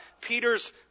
Peter's